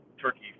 turkey